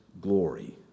glory